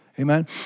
Amen